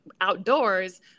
outdoors